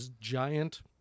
giant